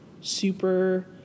super